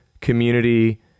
community